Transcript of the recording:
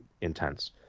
intense